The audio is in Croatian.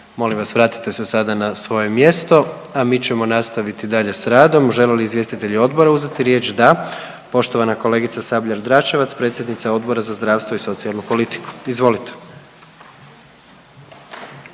molim vas vratite se sada na svoje mjesto, a mi ćemo nastaviti dalje s radom. Žele li izvjestitelji odbora uzeti riječ? Da. Poštovana kolegica Sabljar-Dračevac, predsjednica Odbora za zdravstvo i socijalnu politiku, izvolite.